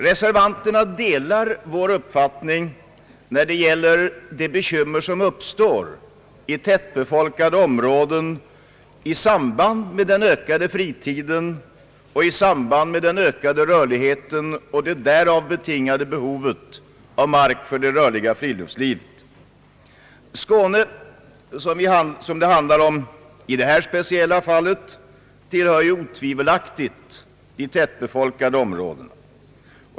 Reservanterna delar vår uppfattning när det gäller de bekymmer som uppstår i tätbefolkade områden i samband med den ökade fritiden och i samband med den ökade rörligheten och det därav betingade behovet av mark för det rörliga friluftslivet. Skåne, som det handlar om i detta speciella fall, tillhör otvivelaktigt de tätbefolkade områdena.